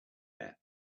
hair